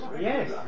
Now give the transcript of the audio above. Yes